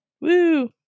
woo